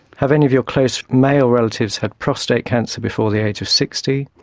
have any of your close male relatives had prostate cancer before the age of sixty?